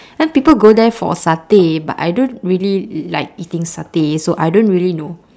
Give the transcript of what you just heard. some people go there for satay but I don't really like eating satay so I don't really know